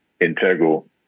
integral